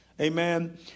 Amen